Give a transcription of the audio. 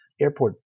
Airport